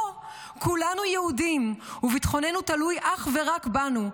פה כולנו יהודים וביטחוננו תלוי אך ורק בנו,